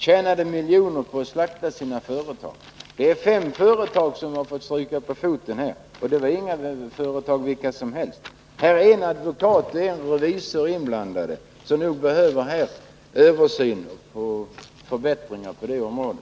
Tjänade miljoner på att slakta sina företag.” Det är fem företag som har fått stryka på foten, och det är inte vilka företag som helst. En advokat och en revisor är inblandade i detta. Nog behövs det en översyn och förbättringar på detta område.